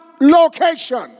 location